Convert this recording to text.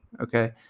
okay